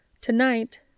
Tonight